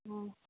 हँ